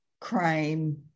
crime